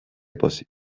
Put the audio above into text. pozik